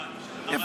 הבנתי.